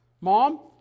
Mom